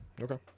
okay